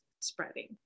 spreading